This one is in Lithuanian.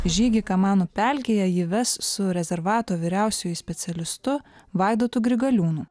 žygį kamanų pelkėje ji ves su rezervato vyriausiuoju specialistu vaidotu grigaliūnu